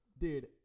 dude